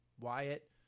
Wyatt